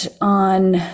on